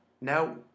now